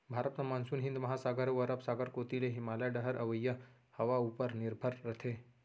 भारत म मानसून हिंद महासागर अउ अरब सागर कोती ले हिमालय डहर अवइया हवा उपर निरभर रथे